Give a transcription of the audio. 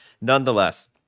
nonetheless